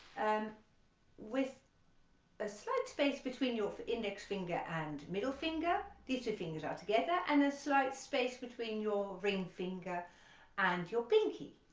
um with a slight space between your index finger and middle finger these two fingers are together and a slight space between your ring finger and your pinky.